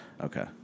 Okay